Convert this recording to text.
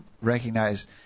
recognize